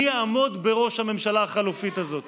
מי יעמוד בראש הממשלה החלופית הזאת?